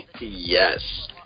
Yes